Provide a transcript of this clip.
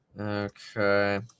Okay